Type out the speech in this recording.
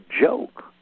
joke